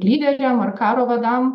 lyderiam ar karo vadam